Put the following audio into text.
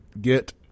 get